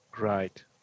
Right